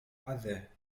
other